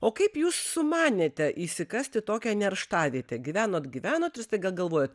o kaip jūs sumanėte išsikasti tokią nerštavietę gyvenot gyvenot ir įstaiga galvojat